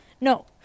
No